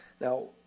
Now